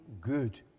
good